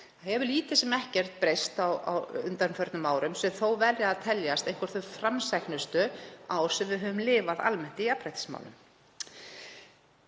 Hann hefur lítið sem ekkert breyst á undanförnum árum sem þó verða að teljast einhver framsæknustu ár sem við höfum lifað almennt í jafnréttismálum.